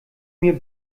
mir